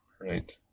right